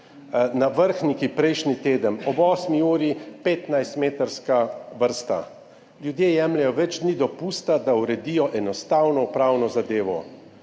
Na Vrhniki prejšnji teden ob osmi uri 15-metrska vrsta. Ljudje jemljejo več dni dopusta, da uredijo enostavno upravno zadevo.